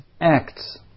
Acts